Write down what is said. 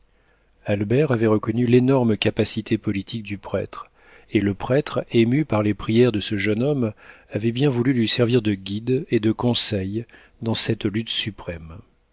albert avait reconnu l'énorme capacité politique du prêtre et le prêtre ému par les prières de ce jeune homme avait bien voulu lui servir de guide et de conseil dans cette lutte suprême